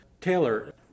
Taylor